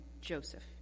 Joseph